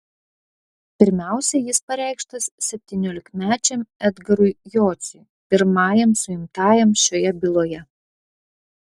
pirmiausiai jis pareikštas septyniolikmečiam edgarui jociui pirmajam suimtajam šioje byloje